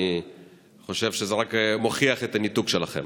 אני חושב שזה רק מוכיח את הניתוק שלכם.